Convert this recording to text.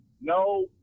no